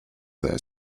their